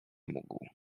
mógł